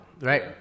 Right